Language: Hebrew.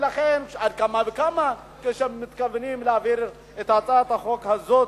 על אחת כמה וכמה כשמתכוונים להעביר את הצעת החוק הזו